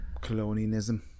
Colonialism